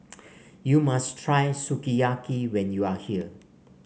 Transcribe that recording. you must try Sukiyaki when you are here